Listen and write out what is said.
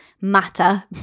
matter